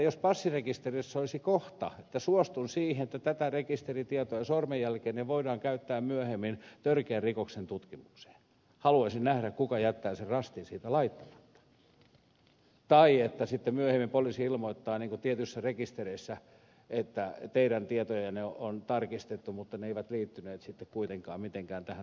jos passirekisterissä olisi kohta että suostun siihen että tätä rekisteritietoa ja sormenjälkeäni voidaan käyttää myöhemmin törkeän rikoksen tutkimukseen haluaisin nähdä kuka jättää sen rastin siihen laittamatta tai sitten myöhemmin poliisi ilmoittaa niin kuin tietyissä rekistereissä että teidän tietojanne on tarkistettu mutta ne eivät liittyneet sitten kuitenkaan mitenkään tähän tapahtumaan